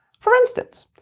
for instance,